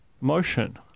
motion